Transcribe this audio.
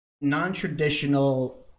non-traditional